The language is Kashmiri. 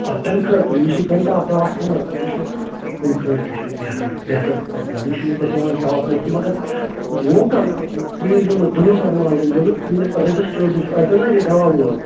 آ تَمہِ خٲطرٕ یُس یہِ کَنٹاپ دَوا چھُنہٕ حظ یہِ چھُ اَمی خٲطرٕ چھُ یہِ بہتَر بہتَر تہٕ اَفضَل یہِ چھُ وٕنۍکٮ۪س یِوان ٹاپ موسٹ مگر لوکَل تُہۍ أنۍزیو نہٕ زٕ نَمبَر مال أنۍزیو نہٕ کُنہِ رَجِسٹٲڈ یُس آسیو نَہ یہِ دَوا وول